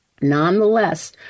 Nonetheless